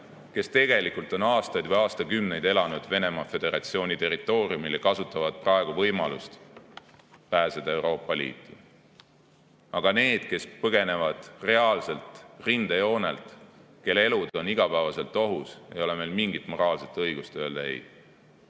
kes tegelikult on aastaid või aastakümneid elanud Venemaa Föderatsiooni territooriumil ja kasutavad praegu võimalust pääseda Euroopa Liitu. Aga neile, kes põgenevad reaalselt rindejoonelt, kelle elu on iga päev ohus, ei ole meil mingit moraalset õigust öelda ei. Ja